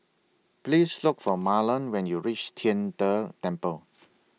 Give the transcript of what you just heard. Please Look For Marland when YOU REACH Tian De Temple